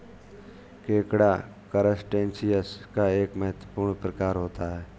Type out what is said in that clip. केकड़ा करसटेशिंयस का एक महत्वपूर्ण प्रकार होता है